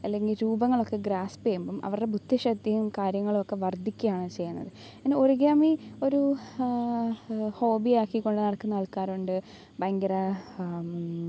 അല്ലെങ്കിൽ രൂപങ്ങളൊക്കെ ഗ്രാസ്പ് ചെയ്യുമ്പോൾ അവരുടെ ബുദ്ധിശക്തിയും കാര്യങ്ങളൊക്കെ വർദ്ധിക്കുകയാണ് ചെയ്യുന്നത് ഇങ്ങനെ ഓർഗമി ഒരു ഹോബി ആക്കികൊണ്ട് നടക്കുന്ന ആൾക്കാരുണ്ട് ഭയങ്കര